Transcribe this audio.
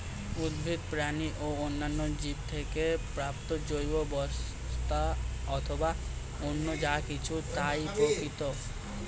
উদ্ভিদ, প্রাণী ও অন্যান্য জীব থেকে প্রাপ্ত জৈব বস্তু অথবা অন্য যা কিছু তাই প্রাকৃতিক